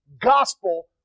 gospel